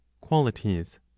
qualities